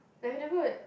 I have never